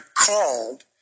called